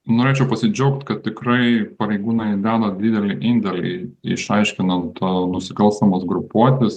norėčiau pasidžiaugt kad tikrai pareigūnai deda didelį indėlį išaiškinant nusikalstamas grupuotes